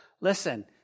Listen